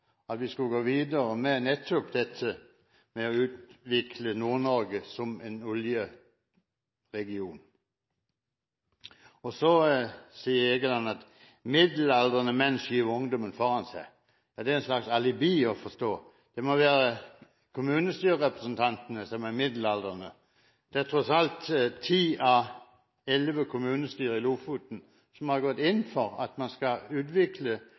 at vi skal gå videre nettopp med dette å utvikle Nord-Norge som en oljeregion. Så sier Egeland at middelaldrende menn skyver ungdommen foran seg. Er det som et slags alibi å forstå? Det må være kommunestyrerepresentantene som er middelaldrende. Tross alt har ti av elleve kommunestyrer i Lofoten gått inn for at man skal utvikle